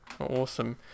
awesome